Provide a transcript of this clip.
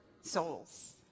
souls